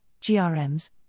GRMs